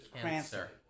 Cancer